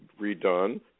redone